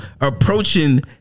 Approaching